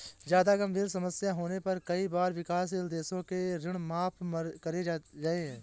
जादा गंभीर समस्या होने पर कई बार विकासशील देशों के ऋण माफ करे गए हैं